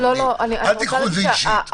היא בהחלט עושה את זה אחרי שיקול דעת,